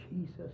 Jesus